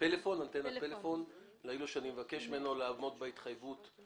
פלאפון ולהגיד לו שאני מבקש ממנו לעמוד בהתחייבות.